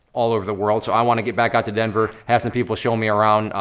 all over the world, so i wanna get back out to denver, have some people show me around,